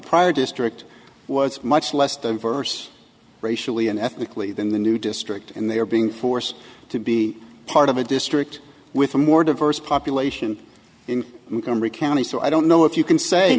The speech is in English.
prior district was much less than vers racially and ethnically the in the new district and they are being forced to be part of a district with a more diverse population in income recounting so i don't know if you can say